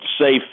safe